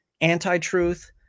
anti-truth